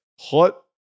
hot